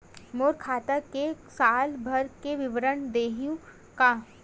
मोर खाता के साल भर के विवरण देहू का?